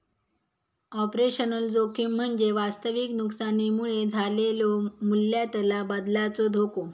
operational जोखीम म्हणजे वास्तविक नुकसानीमुळे झालेलो मूल्यातला बदलाचो धोको